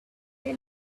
tell